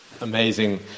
amazing